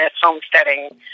homesteading